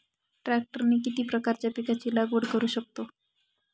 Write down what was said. ट्रॅक्टरने किती प्रकारच्या पिकाची लागवड करु शकतो?